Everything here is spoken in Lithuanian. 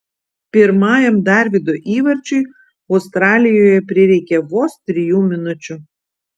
pirmajam darvydo įvarčiui australijoje prireikė vos trijų minučių